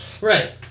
Right